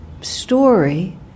story